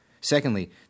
Secondly